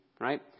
right